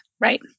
Right